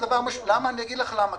אני אגיד לך למה.